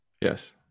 Yes